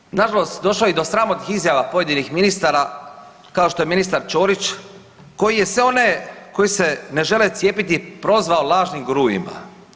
Međutim, nažalost došlo je i do sramotnih izjava pojedinih ministara kao što je ministar Ćorić koji je sve one koji se ne žele cijepiti prozvao lažnim guruima.